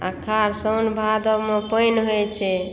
अखाड़ साउन भादब मे पानि होइत छै